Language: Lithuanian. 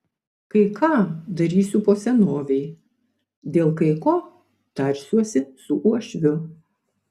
kai ką darysiu po senovei dėl kai ko tarsiuosi su uošviu